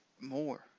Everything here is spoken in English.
more